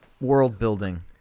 world-building